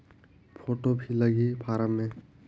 Photo भी लगी form मे?